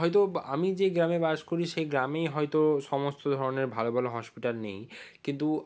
হয়তো আমি যে গ্রামে বাস করি সেই গ্রামেই হয়তো সমস্ত ধরনের ভালো ভালো হসপিটাল নেই কিন্তু